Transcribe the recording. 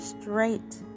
straight